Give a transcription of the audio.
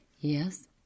Yes